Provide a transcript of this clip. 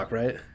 right